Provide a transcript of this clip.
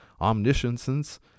omniscience